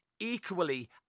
equally